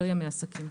לא ימי עסקים.